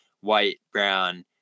white-brown